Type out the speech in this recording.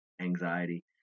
Anxiety